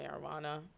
marijuana